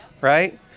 right